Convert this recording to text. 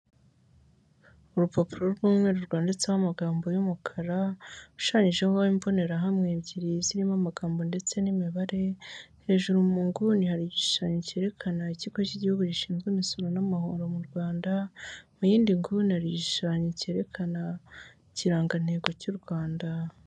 Urupapuro rw'umweru rwanditseho amagambo y'umukara rushushanyijeho imbonerahamwe ebyiri zirimo amagambo ndetse n'imibare, hejuru mu nguni hari igishushanyo cyerekana ikigo cy'Igihugu gishinzwe imisoro n'amahoro mu Rwanda, mu yindi nguni hari igishushanyo cyerekana ikirangantego cy'u Rwanda.